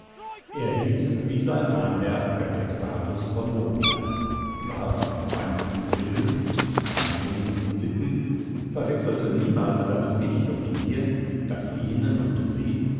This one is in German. er hieß wie sein ahnherr prätextatus von mondschein war von der feinsten bildung den angenehmsten sitten verwechselte niemals das mich und mir das ihnen und sie